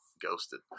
Ghosted